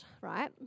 right